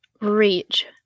reach